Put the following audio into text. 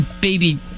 baby